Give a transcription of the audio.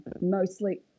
Mostly